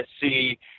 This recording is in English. see